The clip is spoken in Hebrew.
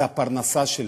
זה הפרנסה שלנו.